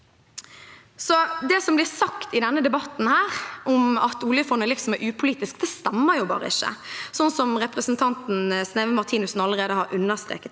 Det som blir sagt i denne debatten om at oljefondet er upolitisk, stemmer derfor ikke, slik representanten Sneve Martinussen allerede har understreket